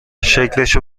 شکلشو